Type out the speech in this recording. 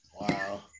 Wow